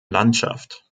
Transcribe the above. landschaft